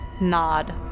nod